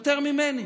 יותר ממני.